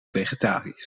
vegetarisch